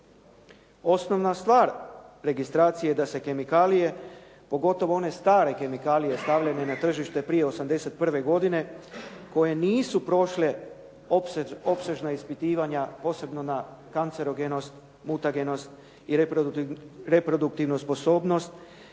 Osnovna stvar registracije da se kemikalije, pogotovo one stare kemikalije stavljene na tržište prije '81. godine koje nisu prošle opsežna ispitivanja, posebno na kancerogenost, mutagenost i reproduktivnu sposobnost